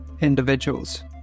individuals